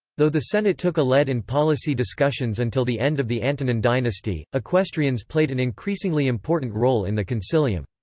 though the senate took a lead in policy discussions until the end of the antonine and and and dynasty, equestrians played an increasingly important role in the consilium.